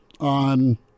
on